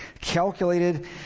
calculated